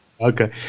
Okay